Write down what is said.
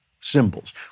symbols